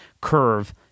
curve